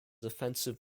offensive